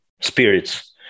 spirits